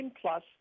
Plus